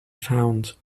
found